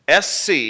SC